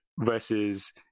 versus